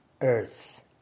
earth